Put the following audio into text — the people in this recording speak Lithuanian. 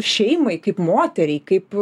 šeimai kaip moteriai kaip